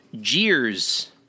Jeers